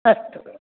अस्तु